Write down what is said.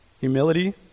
humility